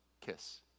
kiss